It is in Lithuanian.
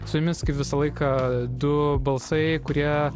su jumis kaip visą laiką du balsai kurie